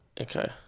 Okay